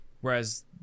Whereas